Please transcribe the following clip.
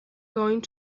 going